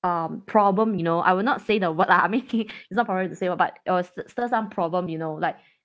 um problem you know I will not say the word lah I mean it it's not problem to say what but it will s~ stir some problem you know like